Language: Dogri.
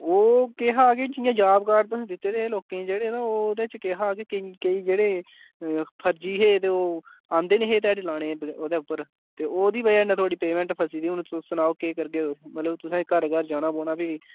ओह् केह् हा कि जि'यां जाब कार्ड तुसें दित्ते दे हे लोकें ई जेह्ड़े ते ओह्दे च केह् हा कि केईं जेह्ड़े फर्जी हे ते ओह् औंदे निं हे धेआड़ी लानै ई ओह्दे उप्पर ते ओह्दी ब'जा नै थुआढ़ी पेमेंट फसी दी हून तुस सनाओ केह् करगे तुस मतलब तुसें घर घर जाना पौना भी